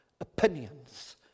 opinions